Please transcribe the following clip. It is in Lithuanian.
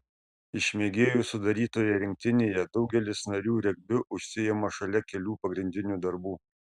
iš mėgėjų sudarytoje rinktinėje daugelis narių regbiu užsiima šalia kelių pagrindinių darbų